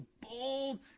bold